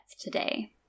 today